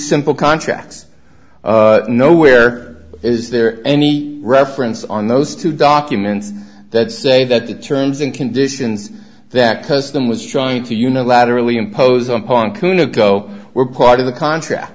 simple contracts nowhere is there any reference on those two documents that say that the terms and conditions that custom was trying to unilaterally impose upon qunu go were part of the contract